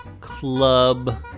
Club